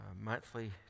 monthly